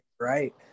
Right